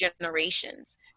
generations